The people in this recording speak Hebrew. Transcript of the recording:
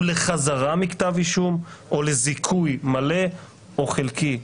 ולחזרה מכתב אישום או לזיכוי מלא או חלקי בתיק".